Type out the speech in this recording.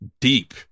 deep